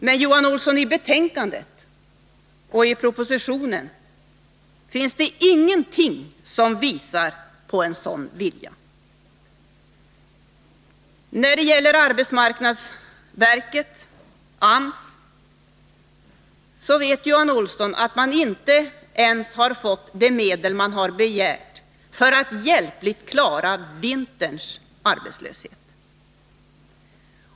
Men, Johan Olsson, i betänkandet och i propositionen finns det ingenting som visar på en sådan vilja. När det gäller arbetsmarknadsverket, AMS, vet Johan Olsson att man inte ens har fått de medel man har begärt för att hjälpligt klara vinterns arbetslöshet.